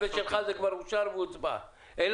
זה כבר הוצבע ואושר,